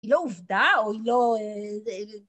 ‫יואו, דאו, יואו...